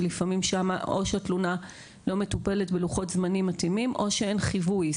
שלפעמים שם או שהתלונה לא מטופלת בלוחות זמנים מתאימים או שאין חיווי,